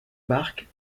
barque